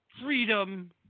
freedom